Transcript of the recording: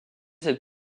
cette